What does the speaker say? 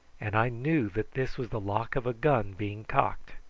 and i knew that this was the lock of a gun being cocked.